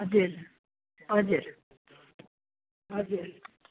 हजुर हजुर हजुर